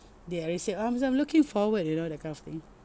they already say um I'm looking forward you know that kind of thing